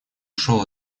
ушел